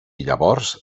llavors